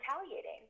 retaliating